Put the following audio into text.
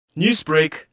Newsbreak